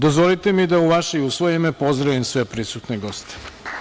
Dozvolite mi da u vaše i u svoje ime pozdravim sve prisutne goste.